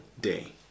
day